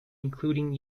including